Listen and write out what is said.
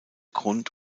grund